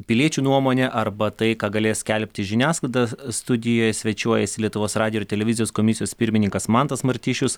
piliečių nuomonę arba tai ką galės skelbti žiniasklaida studijoje svečiuojasi lietuvos radijo ir televizijos komisijos pirmininkas mantas martišius